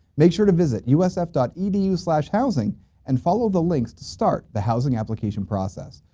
make sure to visit usf dot edu slash housing and follow the links to start the housing application process.